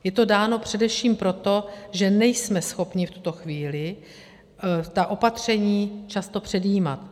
Je to dáno především proto, že nejsme schopni v tuto chvíli ta opatření často předjímat.